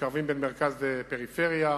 מקרבים בין מרכז ופריפריה,